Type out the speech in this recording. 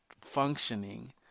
functioning